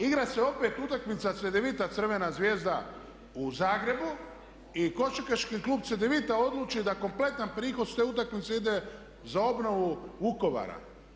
Igra se opet utakmica Cedevita – Crvena Zvezda u Zagrebu i košarkaški klub Cedevita odluči da kompletan prihod s te utakmice ide za obnovu Vukovara.